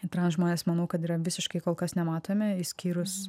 trans žmonės manau kad yra visiškai kol kas nematomi išskyrus